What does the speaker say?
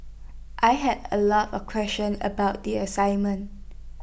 I had A lot of questions about the assignment